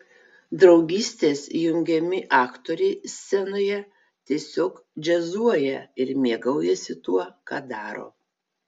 draugystės jungiami aktoriai scenoje tiesiog džiazuoja ir mėgaujasi tuo ką daro